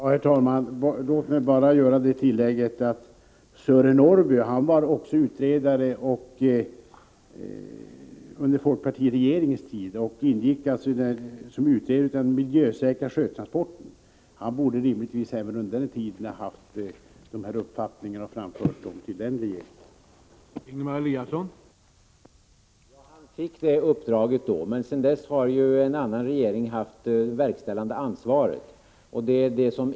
Herr talman! Låt mig bara göra det tillägget att Sören Norrby också under folkpartiregeringens tid var verksam som utredare, bl.a. i fråga om miljösäkra sjötransporter. Han borde under den tiden rimligtvis ha haft samma uppfattningar som nu, och han hade möjlighet att föra fram dem till den dåvarande regeringen.